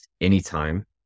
anytime